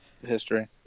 history